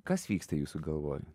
kas vyksta jūsų galvoj